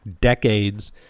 decades